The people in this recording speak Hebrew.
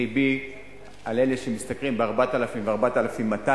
לבי לאלה שמשתכרים 4,000 ו-4,200,